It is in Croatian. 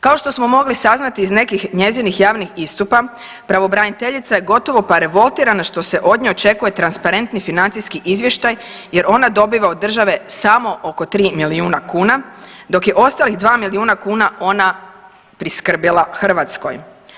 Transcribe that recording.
Kao što smo mogli saznati iz nekih njezinih javnih istupa pravobraniteljica je gotovo pa revoltirana što se od nje očekuje transparenti financijski izvještaj jer ona dobiva od države samo oko 3 milijuna kuna, dok je ostalih 2 milijuna kuna ona priskrbila Hrvatskoj.